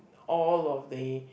all of the